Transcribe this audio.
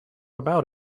about